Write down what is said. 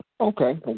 Okay